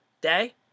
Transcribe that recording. Day